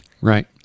Right